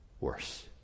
worse